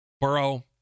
Burrow